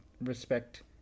respect